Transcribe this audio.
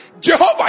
Jehovah